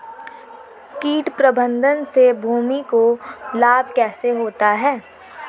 कीट प्रबंधन से भूमि को लाभ कैसे होता है?